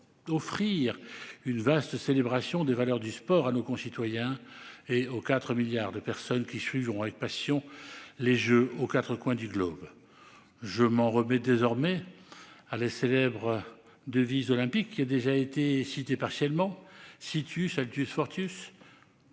offrir une vaste célébration des valeurs du sport à nos concitoyens et aux 4 milliards de personnes qui suivront avec passion les Jeux aux quatre coins du globe. Je m'en remets désormais à la célèbre devise olympique, qui a déjà été citée, mais partiellement :, c'est-à-dire :